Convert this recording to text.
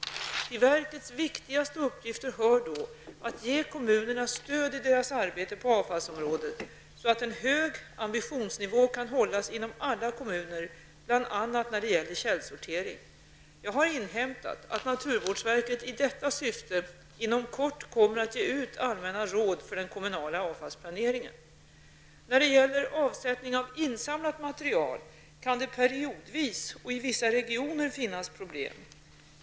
Till verkets viktigaste uppgifter hör då att ge kommunerna stöd i deras arbete på avfallsområdet, så att en hög ambitionsnivå kan hållas inom alla kommuner bl.a. när det gäller källsortering. Jag har inhämtat att naturvårdsverket i detta syfte inom kort kommer att ge ut allmänna råd för den kommunala avfallsplaneringen. När det gäller avsättning av insamlat material kan det periodvis och i vissa regioner finnas problem.